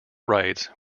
writes